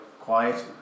quiet